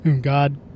God